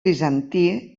bizantí